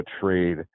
trade